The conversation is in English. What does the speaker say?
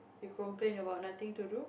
you complain about nothing to do